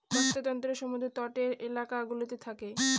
বাস্তুতন্ত্র সমুদ্র তটের এলাকা গুলোতে থাকে